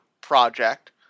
project